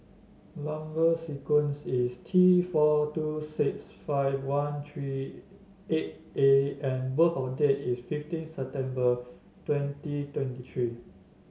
number sequence is T four two six five one three eight A and birth of date is fifteen September twenty twenty three